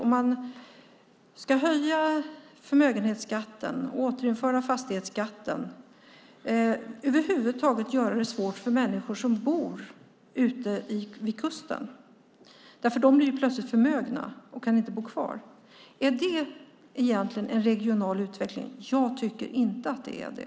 Det kan vara fråga om att höja förmögenhetsskatten och återinföra fastighetsskatten, över huvud taget göra det svårt för människor som bor vid kusten. De blir plötsligt förmögna och kan inte bo kvar. Är det en regional utveckling? Jag tycker inte det.